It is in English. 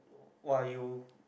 !wah! you